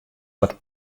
wat